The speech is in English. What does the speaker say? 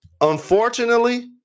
unfortunately